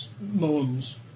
moans